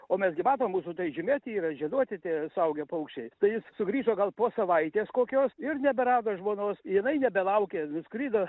o mes gi matom mūsų tai žymėti yra žieduoti tie suaugę paukščiai tai jis sugrįžo gal po savaitės kokios ir neberado žmonos jinai nebelaukė nuskrido